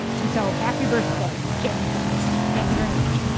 and so, happy birthday james madison. thank you very much.